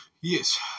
Yes